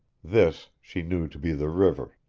this she knew to be the river.